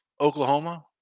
Oklahoma